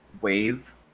wave